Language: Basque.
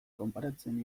konparatzen